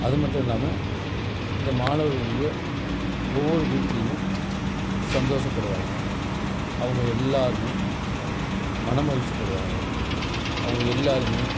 அதுமட்டுமில்லாமல் இந்த மாணவர்களுடைய ஒவ்வொரு வீட்லயும் சந்தோஷப்படுவாங்க அவங்க எல்லாரும் மனமகிழ்ச்சி படுவாங்க அவங்க எல்லாரும்